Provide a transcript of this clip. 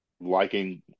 liking